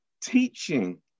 Teaching